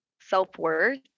self-worth